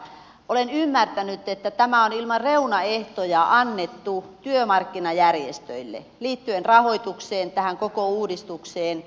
olen ymmärtänyt että tämä on ilman reunaehtoja annettu työmarkkinajärjestöille liittyen rahoitukseen tähän koko uudistukseen